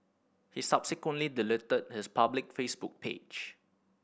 he subsequently deleted his public Facebook page